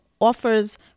offers